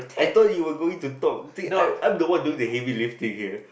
I thought you were going to talk see I I'm the one doing the heavy lifting here